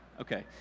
Okay